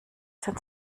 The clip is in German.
sind